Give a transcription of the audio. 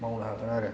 मावनो हागोन आरो